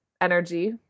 energy